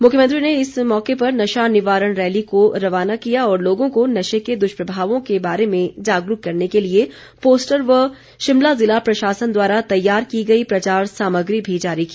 मुख्यमंत्री ने इस मौके नशा निवारण रैली को रवाना किया और लोगों को नशे के दुष्प्रभावों के बारे में जागरूक करने के लिए पोस्टर व शिमला जिला प्रशासन द्वारा तैयार की गई प्रचार सामग्री भी जारी की